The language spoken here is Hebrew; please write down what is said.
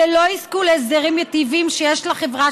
אלה לא יזכו להסדרים מיטיבים שיש לחברה